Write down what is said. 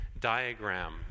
diagram